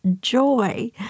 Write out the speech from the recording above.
joy